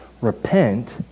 repent